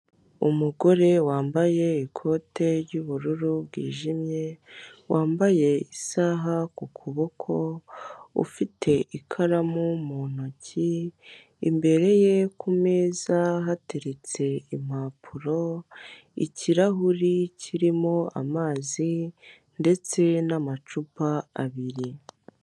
Umugore wambaye ikote ry'ubururu bwijimye, wambaye isaha ku kuboko ufite ikaramu mu ntoki, imbere ye ku meza hateretse impapuro, ikirahuri kirimo amazi ndetse n'amacupa abiri.